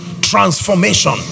Transformation